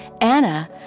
Anna